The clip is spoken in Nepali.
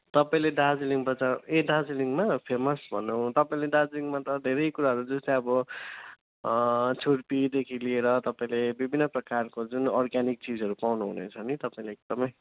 तपाईँले दार्जिलिङ बजार ए दार्जिलिङमा फेमस भन्नु तपाईँले दार्जिलिङमा त धेरै कुराहरू जस्तै अब छुर्पीदेखि लिएर तपाईँले विभिन्न प्रकारको जुन अर्ग्यानिक चिजहरू पाउनुहुनेछ नि तपाईँले एकदमै